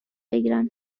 بگیرم